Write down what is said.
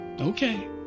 Okay